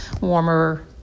warmer